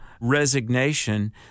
resignation